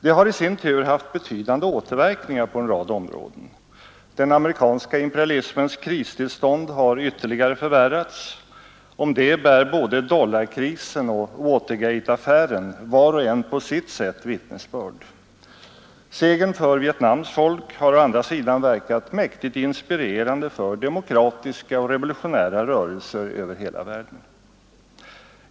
Det har i sin tur haft betydande återverkningar på en rad områden. Den amerikanska imperialismens kristillstånd har ytterligare förvärrats. Om det bär både dollarkrisen och Watergateaffären, var och en på sitt sätt, vittnesbörd. Segern för Vietnams folk har å andra sidan verkat mäktigt inspirerande för demokratiska och revolutionära rörelser över hela världen.